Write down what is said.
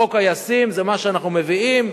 החוק הישים זה מה שאנחנו מביאים,